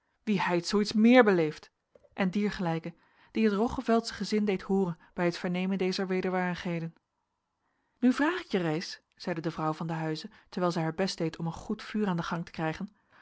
wie heit zoo iets meer beleefd en diergelijke die het roggeveldsche gezin deed hooren bij het vernemen dezer wederwaardigheden nou vraag ik je reis zeide de vrouw van den huize terwijl zij haar best deed om een goed vuur aan den gang te krijgen